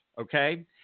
Okay